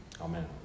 Amen